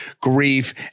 grief